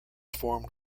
formed